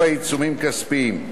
4. עיצומים כספיים,